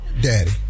Daddy